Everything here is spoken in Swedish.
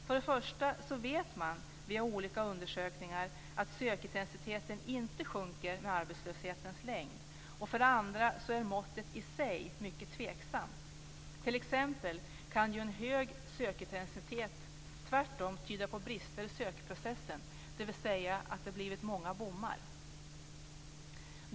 För det första vet man via olika undersökningar att sökintensiteten inte sjunker med arbetslöshetens längd. För det andra är måttet i sig mycket tveksamt. T.ex. kan en hög sökintensitet tvärtom tyda på brister i sökprocessen, dvs. att det har blivit många bommar.